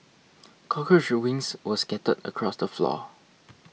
cockroach wings were scattered across the floor